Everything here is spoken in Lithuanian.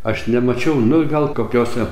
aš nemačiau nu gal kokiose